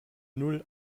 null